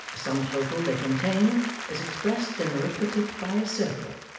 sum-total they contain is expressed in arithmetic by a circle,